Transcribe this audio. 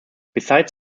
besides